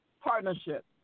Partnership